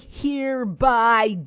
hereby